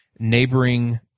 neighboring